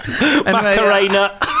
Macarena